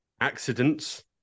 Accidents